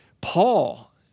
Paul